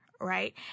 right